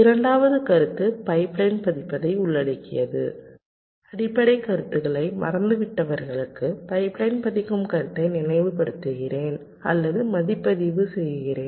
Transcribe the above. இரண்டாவது கருத்து பைப்லைன் பதிப்பதை உள்ளடக்கியது அடிப்படைக் கருத்துக்களை மறந்துவிட்டவர்களுக்கு பைப்லைன் பதிக்கும் கருத்தை நினைவுபடுத்துகிறேன் அல்லது மதிப்பாய்வு செய்கிறேன்